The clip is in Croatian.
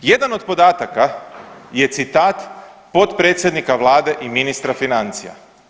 Jedan od podataka je citat potpredsjednika vlade i ministra financija.